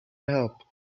help